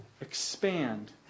Expand